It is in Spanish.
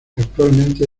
actualmente